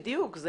בדיוק.